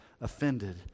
offended